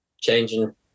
changing